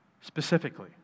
specifically